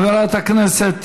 חברת הכנסת